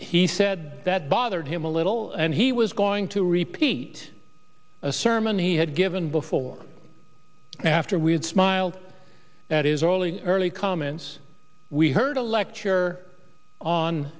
he said that bothered him a little and he was going to repeat a sermon he had given before or after we had smiled that is early early comments we heard a lecture on